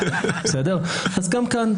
גם כאן,